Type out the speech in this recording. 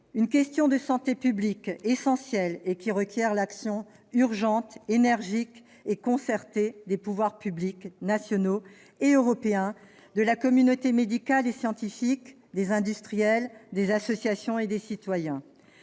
d'une question de santé publique essentielle, qui requiert l'action urgente, énergique et concertée des pouvoirs publics nationaux et européens, de la communauté médicale et scientifique, des industriels, des associations et des citoyens.